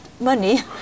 money